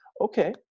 Okay